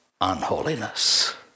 unholiness